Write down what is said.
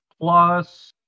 plus